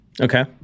Okay